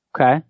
Okay